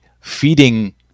feeding